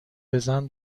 بزن